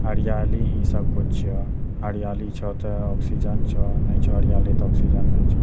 हरियाली ही सबकुछ छियह हरियाली छौ तऽ ऑक्सिजन छौ ने छौ हरियाली छौ तऽ ऑक्सिजन ने छौ